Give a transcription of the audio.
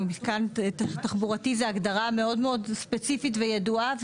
מתקן תחבורתי זה הגדרה מאוד מאוד ספציפית וידועה.